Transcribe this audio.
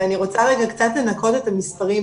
ואני רוצה קצת לנקות את המספרים,